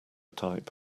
type